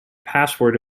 password